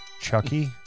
Chucky